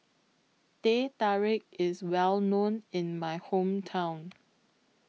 Teh Tarik IS Well known in My Hometown